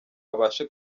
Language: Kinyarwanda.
abashe